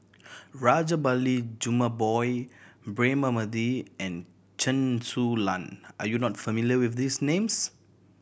Rajabali Jumabhoy Braema Mathi and Chen Su Lan are you not familiar with these names